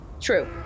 true